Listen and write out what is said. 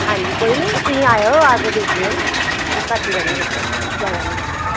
ਹਾਂਜੀ ਕੋਈ ਨਹੀਂ ਤੁਸੀਂ ਆਇਓ ਆ ਕੇ ਦੇਖ ਲਿਓ ਨਾ ਘੱਟ ਹੀ ਲਵਾਂਗੇ ਸਵਾਈ ਜ਼ਿਆਦਾ ਨਹੀਂ ਲਵਾਂਗੇ